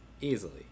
Easily